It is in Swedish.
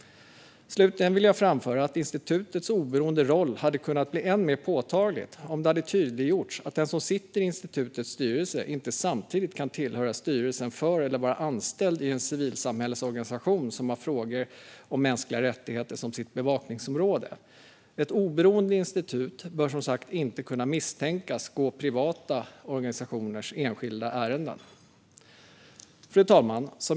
Slutligen vill jag framföra att institutets oberoende roll hade kunnat bli än mer påtaglig om det hade tydliggjorts att den som sitter i institutets styrelse inte samtidigt kan tillhöra styrelsen för eller vara anställd i en civilsamhällesorganisation som har frågor om mänskliga rättigheter som sitt bevakningsområde. Ett oberoende institut bör som sagt inte kunna misstänkas gå privata organisationers enskilda ärenden. Fru talman!